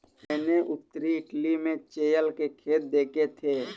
मैंने उत्तरी इटली में चेयल के खेत देखे थे